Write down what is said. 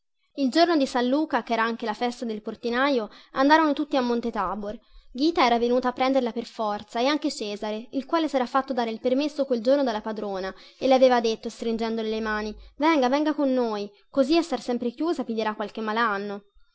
il giorno di san luca chera anche la festa del portinaio andarono tutti al monte tabor ghita era venuta a prenderla per forza e anche cesare il quale sera fatto dare il permesso quel giorno dalla padrona e le aveva detto stringendole le mani venga venga con noi così a star sempre chiusa piglierà qualche malanno